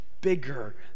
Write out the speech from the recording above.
bigger